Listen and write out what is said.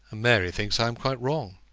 mary thinks i am quite wrong.